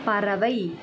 பறவை